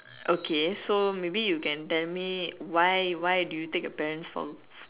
okay so maybe you can tell me why why do you take your parents for